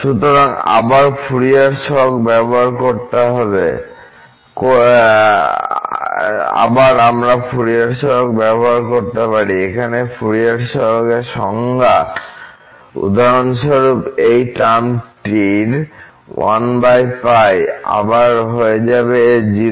সুতরাং আবার আমরা ফুরিয়ার সহগ ব্যবহার করতে পারি এখানে ফুরিয়ার সহগ এর সংজ্ঞা উদাহরণস্বরূপ এই টার্মটির 1 π আবার হয়ে যাবে a0